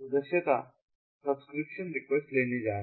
सदस्यता subscription request लेने जा रहा है